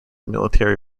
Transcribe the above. military